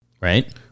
right